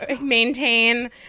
Maintain